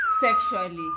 sexually